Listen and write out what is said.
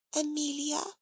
Amelia